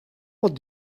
what